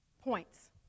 points